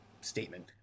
statement